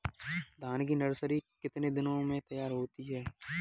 धान की नर्सरी कितने दिनों में तैयार होती है?